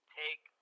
take